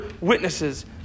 witnesses